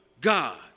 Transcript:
God